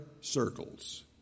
circles